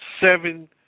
seven